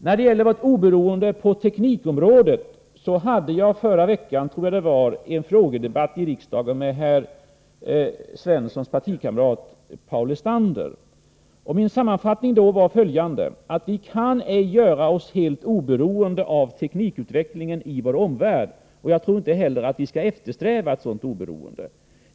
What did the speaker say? När det gäller vårt oberoende på teknikområdet vill jag erinra om att jag förra veckan hade en frågedebatt med Jörn Svensssons partikamrat Paul Lestander. Min sammanfattning då var följande: Vi kan inte göra oss helt oberoende av teknikutvecklingen i vår omvärld. Jag tror inte heller att vi skall eftersträva ett sådant oberoende.